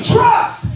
Trust